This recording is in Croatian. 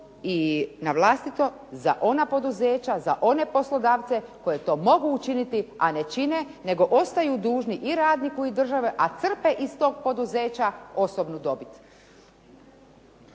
i na vlastito za ona poduzeća, za one poslodavce koji to mogu učiniti a ne čine nego ostaju dužni i radniku i državi a crpe iz tog poduzeća osobnu dobit.